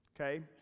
okay